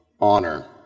honor